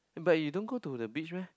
but you don't go to the beach meh